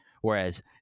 Whereas